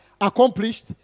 accomplished